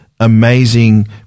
amazing